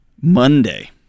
Monday